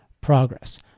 progress